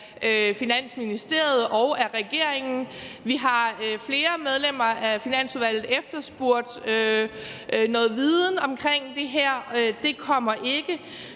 Finansministeriet og af regeringen. Flere medlemmer af Finansudvalget har efterspurgt noget viden omkring det her – det kommer ikke.